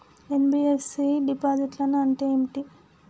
NBFC డిపాజిట్లను అంటే ఏంటి?